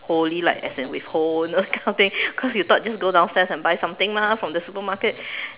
holey like as in with holes you know those kind of thing cause you thought just go downstairs and buy something mah from the supermarket